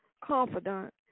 confidant